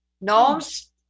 Gnomes